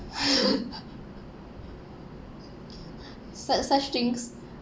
such such things